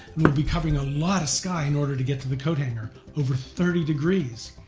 and we'll be covering a lot of sky in order to get to the coathanger over thirty degrees.